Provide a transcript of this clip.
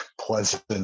pleasant